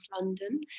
London